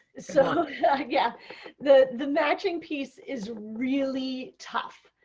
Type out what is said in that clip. so yeah the the matching piece is really tough.